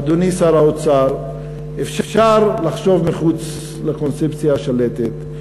אדוני שר האוצר, אפשר לחשוב מחוץ לקונצפציה השלטת,